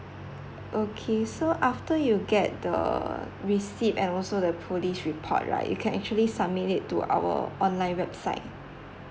okay so after you get the receipt and also the police report right you can actually submit to our online website